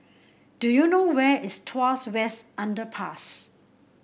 do you know where is Tuas West Underpass